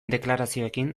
deklarazioekin